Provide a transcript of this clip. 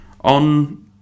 on